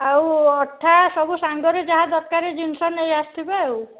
ଆଉ ଅଠା ସବୁ ସାଙ୍ଗରେ ଯାହା ଦରକାର ଜିନିଷ ନେଇ ଆସିଥିବେ ଆଉ